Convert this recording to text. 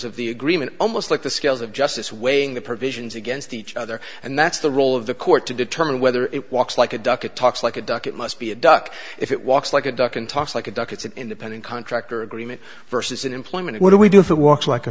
of the agreement almost like the scales of justice weighing the provisions against each other and that's the role of the court to determine whether it walks like a duck it talks like a duck it must be a duck if it walks like a duck and talks like a duck it's an independent contractor agreement versus an employment what do we do if it walks like a